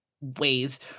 ways